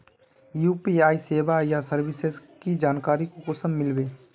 UPI सेवाएँ या services की जानकारी कुंसम मिलबे?